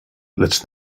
lecz